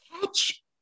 Catch